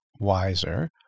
wiser